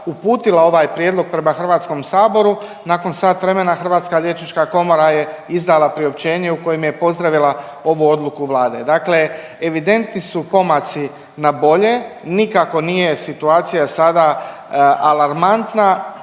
uputila ovaj prijedlog prema HS-u nakon sat vremena Hrvatska liječnička komora je izdala priopćenje u kojem je pozdravila ovu odluku Vlade. Dakle, evidentni su pomaci na bolje, nikako nije situacija sada alarmantna,